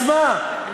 אז מה?